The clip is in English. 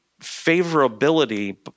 favorability